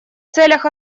целях